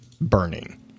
burning